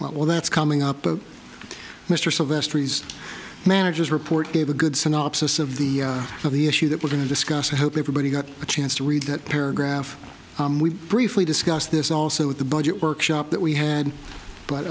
well that's coming up but mr sylvestris managers report gave a good synopsis of the of the issue that we're going to discuss i hope everybody got a chance to read that paragraph we briefly discussed this also with the budget workshop that we had but